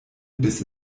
bis